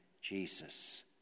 Jesus